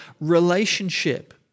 relationship